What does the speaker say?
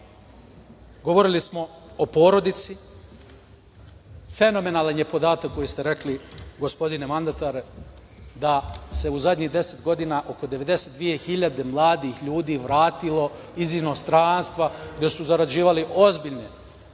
Govorili smo o porodici. Fenomenalan je podatak koji ste rekli, gospodine mandatare, da se u zadnjih 10 godina oko 92.000 mladih ljudi vratilo iz inostranstva, a gde su zarađivali ozbiljne